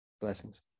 Blessings